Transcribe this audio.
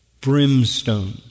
brimstone